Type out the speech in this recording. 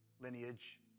lineage